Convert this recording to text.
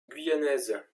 guyanaise